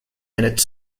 minute